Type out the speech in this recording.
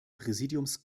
präsidiums